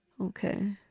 Okay